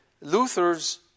Luther's